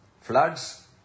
Floods